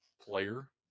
player